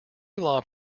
law